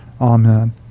Amen